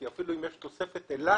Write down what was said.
כי אפילו אם יש תוספת אילת,